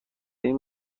این